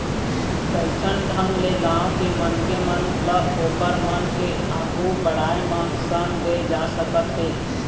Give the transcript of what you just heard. कइसन ढंग ले गाँव के मनखे मन ल ओखर मन के आघु बड़ाय म संग दे जा सकत हे